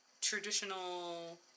traditional